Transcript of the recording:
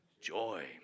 joy